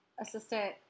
assistant